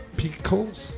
pickles